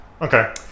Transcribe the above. Okay